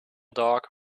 dog